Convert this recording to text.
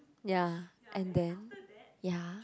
ya and then ya